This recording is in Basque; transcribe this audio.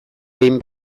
behin